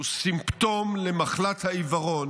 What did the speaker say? הוא סימפטום למחלת העיוורון